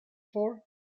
for